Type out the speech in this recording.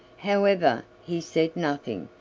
however, he said nothing,